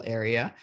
area